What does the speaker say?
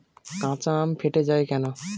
কাঁচা আম ফেটে য়ায় কেন?